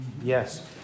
Yes